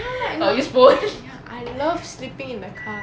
ya ya I love sleeping in the car